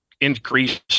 increase